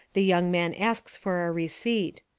the young man asks for a receipt.